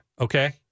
okay